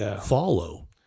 follow